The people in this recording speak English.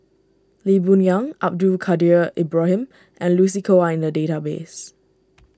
Lee Boon Yang Abdul Kadir Ibrahim and Lucy Koh are in the database